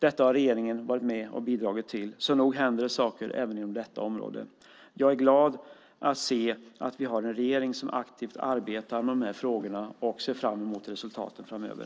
Detta har regeringen varit med och bidragit till, så nog händer det saker även inom detta område. Jag är glad att se att vi har en regering som aktivt arbetar med frågorna, och ser fram emot resultaten framöver.